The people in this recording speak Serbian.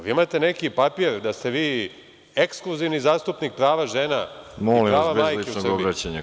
Vi imate neki papir da ste vi ekskluzivni zastupnik prava žena i prava majki u Srbiji.